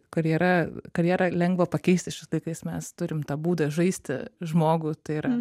karjera karjerą lengva pakeisti šiais laikais mes turim tą būdą žaisti žmogų tai yra